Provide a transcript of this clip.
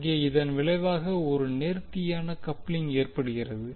அங்கே இதன் விளைவாக ஒரு நேர்த்தியான கப்லிங் ஏற்படுகிறது